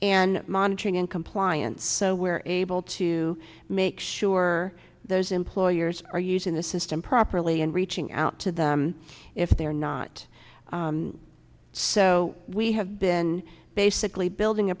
and monitoring in compliance so we're able to make sure those employers are using the system properly and reaching out to them if they are not so we have been basically building a